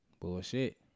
Bullshit